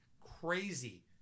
crazy